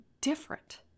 different